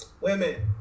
women